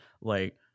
Like-